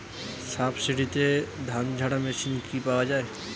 সাবসিডিতে ধানঝাড়া মেশিন কি পাওয়া য়ায়?